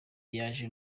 yaje